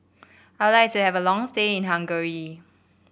I would like to have a long stay in Hungary